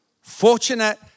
Fortunate